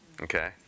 Okay